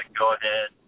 go-ahead